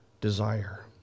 desire